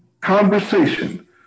conversation